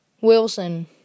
Wilson